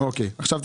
מה זה